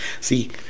See